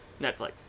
netflix